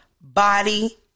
body